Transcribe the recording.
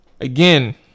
again